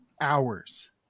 hours